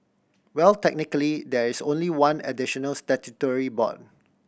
well technically there is only one additional statutory board